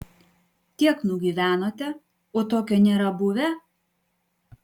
tiek nugyvenote o tokio nėra buvę